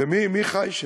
ומי חי שם?